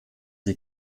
sie